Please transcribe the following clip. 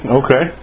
okay